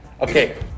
Okay